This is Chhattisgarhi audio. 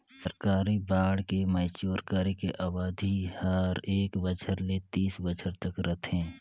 सरकारी बांड के मैच्योर करे के अबधि हर एक बछर ले तीस बछर तक रथे